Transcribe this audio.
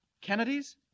Kennedy's